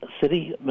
city